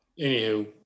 anywho